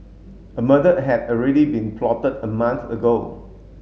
a murder had already been plotted a month ago